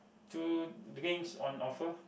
two drinks on offer